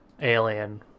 alien